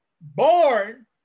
born